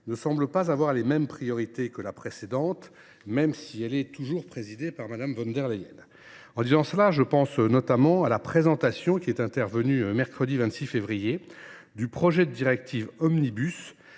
ne semble pas avoir les mêmes priorités que la précédente, même si elle est toujours présidée par Mme von der Leyen. Je pense notamment à la présentation faite le 26 février dernier du projet de directive omnibus